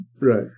Right